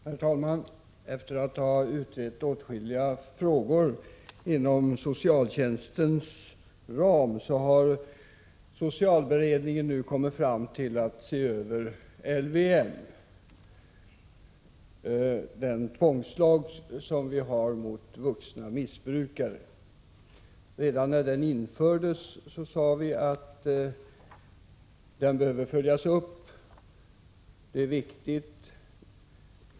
Herr talman! Efter att ha utrett åtskilliga frågor inom socialtjänstens ram har socialberedningen nu kommit fram till att se över LVM, den tvångslag som vi har mot vuxna missbrukare. Redan när den lagen infördes sade vi att det är viktigt att den följs upp.